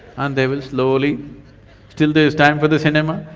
and they will slowly still there is time for the cinema,